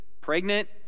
pregnant